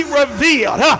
revealed